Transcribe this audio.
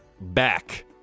back